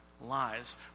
lies